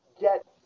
get